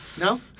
No